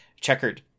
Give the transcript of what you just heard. checkered